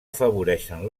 afavoreixen